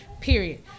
period